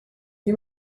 you